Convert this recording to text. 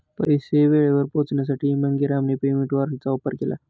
पैसे वेळेवर पोहोचवण्यासाठी मांगेरामने पेमेंट वॉरंटचा वापर केला